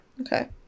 Okay